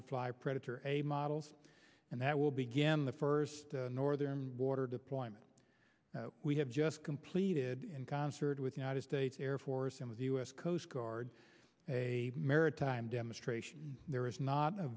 to fly predator a models and that will begin the first northern border deployment we have just completed in concert with united states air force and with the u s coast guard a maritime demonstration there is not a